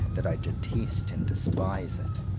that i detest and despise it.